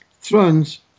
thrones